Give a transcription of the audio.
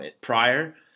prior